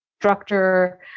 structure